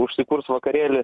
užsikurs vakarėlį